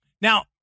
Now